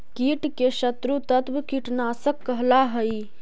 कीट के शत्रु तत्व कीटनाशक कहला हई